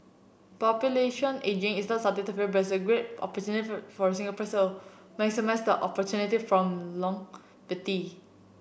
population ageing is not something to fear but a great for Singaporeans maximised the opportunity from longevity